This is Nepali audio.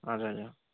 हजुर हजुर